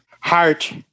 heart